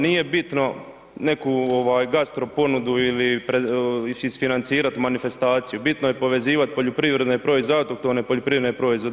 Nije bitno neku gastro ponudu ili isfinancirat manifestaciju, bitno je povezivat poljoprivredne… [[Govornik se ne razumije]] i autohtone poljoprivredne proizvode.